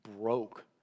broke